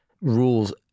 rules